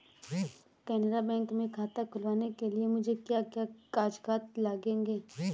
Canara bank में खाता खुलवाने के लिए मुझे क्या क्या कागजात लगेंगे?